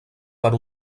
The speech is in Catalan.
per